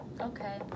Okay